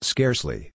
Scarcely